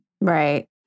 Right